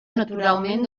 naturalment